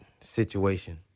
situation